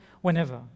whenever